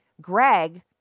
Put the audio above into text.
Greg